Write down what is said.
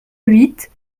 huit